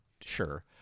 sure